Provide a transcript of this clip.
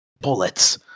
bullets